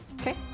Okay